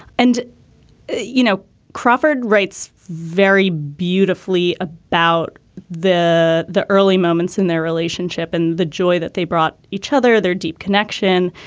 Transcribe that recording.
and you know crawford writes very beautifully ah about the the early moments in their relationship and the joy that they brought each other their deep connection.